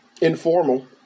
informal